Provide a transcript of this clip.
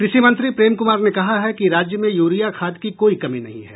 कृषि मंत्री प्रेम कुमार ने कहा है कि राज्य में यूरिया खाद की कोई कमी नहीं है